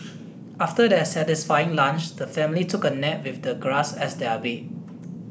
after their satisfying lunch the family took a nap with the grass as their bed